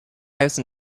house